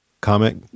comic